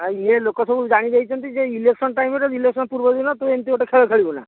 ଆଉ ଇଏ ଲୋକ ସବୁ ଜାଣି ଯାଇଛନ୍ତି ଯେ ଇଲେକ୍ସନ୍ ଟାଇମ୍ ରେ ଇଲେକ୍ସନ୍ ପୂର୍ବଦିନ ତୁ ଏମିତି ଗୋଟେ ଖେଳ ଖେଳିବୁ ନା